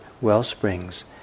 wellsprings